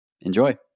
Enjoy